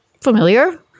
familiar